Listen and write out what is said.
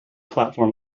platform